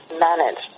managed